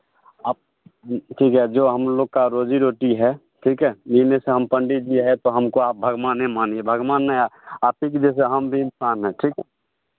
आप ठीक है जो हम लोग का रोज़ी रोटी है ठीक है ये नहीं से हम पंडित जी है तो हमको आप भगवाने मानिये भगवान नहीं हैं आप ही के जैसे हम भी इंसान हैं ठीक है